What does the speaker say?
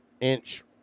inch